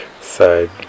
side